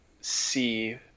see